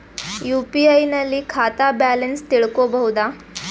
UPI ನಲ್ಲಿ ಖಾತಾ balance ತಿಳಕೊ ಬಹುದಾ?